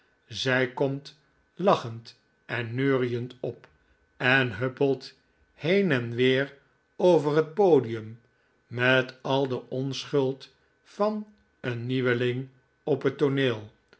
zij komt lachend en neuriend op en huppelt heen en weer over het podium met al de onschuld van een nieuweling op het tooneel